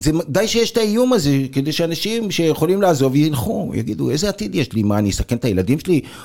די שיש את האיום הזה, כדי שאנשים שיכולים לעזוב ילכו, יגידו איזה עתיד יש לי, מה אני אסכן את הילדים שלי?